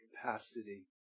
capacity